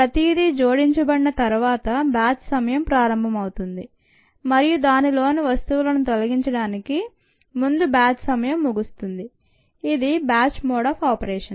ప్రతిదీ జోడించబడిన తరువాత బ్యాచ్ సమయం ప్రారంభం అవుతుంది మరియు దానిలోని వస్తువులను తొలగించడానికి ముందు బ్యాచ్ సమయం ముగుస్తుంది ఇది బ్యాచ్ మోడ్ ఆఫ్ ఆపరేషన్